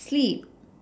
sleep